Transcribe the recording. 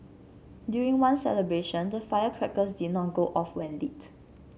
during one celebration the firecrackers did not go off when lit